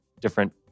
different